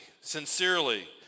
sincerely